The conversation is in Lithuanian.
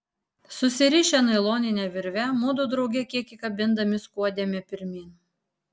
susirišę nailonine virve mudu drauge kiek įkabindami skuodėme pirmyn